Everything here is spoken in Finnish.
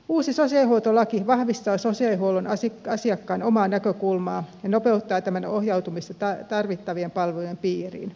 uusi sosiaalihuoltolaki vahvistaa sosiaalihuollon asiakkaan omaa näkökulmaa ja nopeuttaa tämän ohjautumista tarvittavien palvelujen piiriin